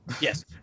Yes